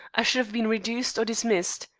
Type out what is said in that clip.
i should have been reduced or dismissed.